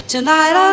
Tonight